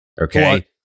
okay